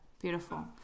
Beautiful